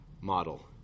model